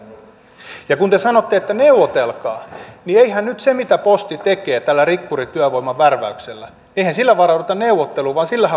ja kun te sanotte että neuvotelkaa niin eihän nyt sillä mitä posti tekee tällä rikkurityövoiman värväyksellä varauduta neuvotteluun vaan sillähän varaudutaan työtaisteluun